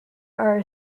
are